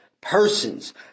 persons